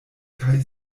kaj